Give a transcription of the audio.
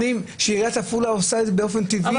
עיריית עפולה עושה את זה באופן טבעי,